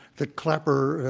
that clapper,